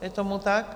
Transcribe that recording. Je tomu tak?